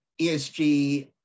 ESG